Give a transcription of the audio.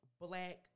Black